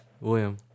William